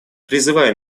призываю